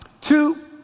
two